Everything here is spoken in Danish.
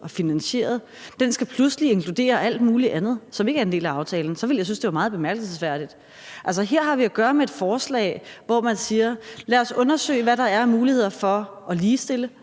og finansieret, pludselig skal inkludere alt muligt andet, som ikke er en del af aftalen, så ville jeg synes, det var meget bemærkelsesværdigt. Altså, her har vi at gøre med et forslag, hvor man siger: Lad os undersøge, hvad der er af muligheder for at ligestille.